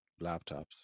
laptops